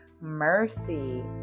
mercy